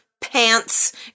pants